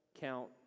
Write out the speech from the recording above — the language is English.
count